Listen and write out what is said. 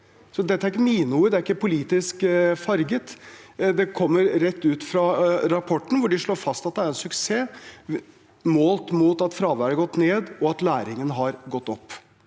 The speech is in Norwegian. Dette er ikke mine ord, det er ikke politisk farget. Det kommer rett ut fra rapporten hvor de slår fast at det er en suksess målt mot at fraværet har gått ned, og at læringen har gått opp.